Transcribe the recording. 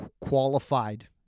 qualified